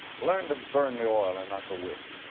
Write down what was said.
learn to burn the oil and not the wick.